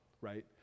right